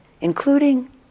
including